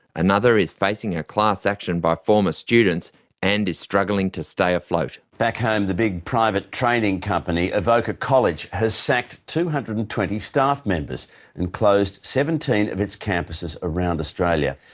another is facing a class action by former students and is struggling to stay afloat. back home the private training company evocca college has sacked two hundred and twenty staff members and closed seventeen of its campuses around australia.